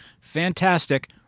fantastic